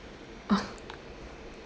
uh